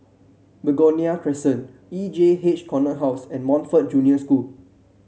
Begonia Crescent E J H Corner House and Montfort Junior School